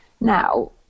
Now